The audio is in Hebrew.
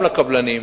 גם לקבלנים,